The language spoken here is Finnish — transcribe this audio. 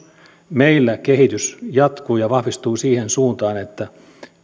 meillä kehitys jatkuu ja vahvistuu siihen suuntaan että